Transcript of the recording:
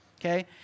okay